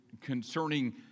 concerning